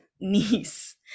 niece